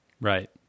Right